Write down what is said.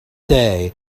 day